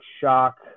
Shock